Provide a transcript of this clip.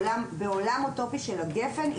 בעולם האוטופי של הגפ"ן,